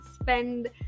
spend